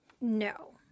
No